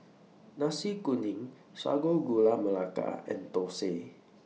Nasi Kuning Sago Gula Melaka and Thosai